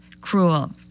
cruel